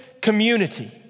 community